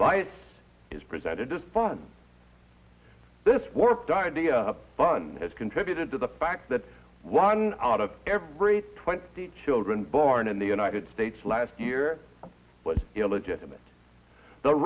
bias is presented as fun this warped diety a fun has contributed to the fact that one out of every twenty children born in the united states last year was illegitimate the